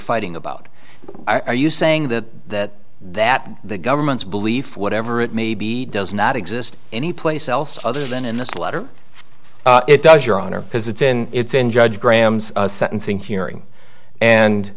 fighting about are you saying that that the government's belief whatever it may be does not exist any place else other than in this letter it does your honor because it's in it's in judge graham's sentencing hearing and